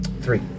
Three